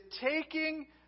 taking